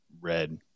red